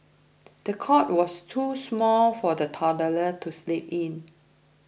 the cot was too small for the toddler to sleep in